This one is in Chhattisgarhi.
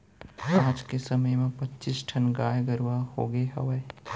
आज के समे म पच्चीस ठन गाय गरूवा होगे हवय